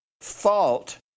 fault